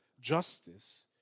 justice